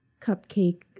cupcake